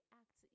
act